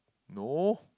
no